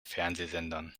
fernsehsendern